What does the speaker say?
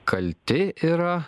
kalti yra